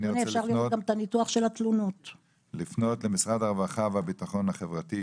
אני רוצה לפנות למשרד הרווחה והביטחון החברתי,